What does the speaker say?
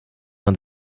man